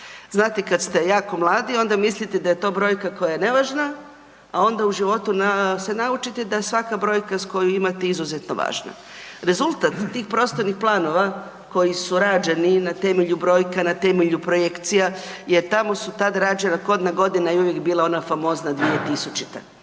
Znate kad ste jako mladi onda mislite da je to brojka koja je nevažna, a onda u životu se naučite da je svaka brojka koju imate izuzetno važna. Rezultat tih prostornih planova koji su rađeni na temelju brojka, na temelju projekcija jer tamo su tad rađena, kodna godina je uvijek bila ona famozna 2000.